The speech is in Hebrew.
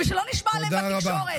ושלא נשמע עליהן בתקשורת.